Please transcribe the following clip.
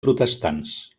protestants